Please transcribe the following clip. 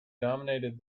dominated